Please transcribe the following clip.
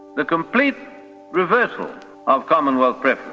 the complete reversal of commonwealth preference.